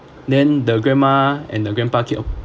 then the grandma and the grandpa